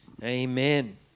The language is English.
Amen